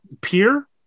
peer